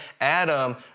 Adam